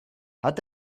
hat